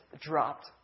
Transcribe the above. dropped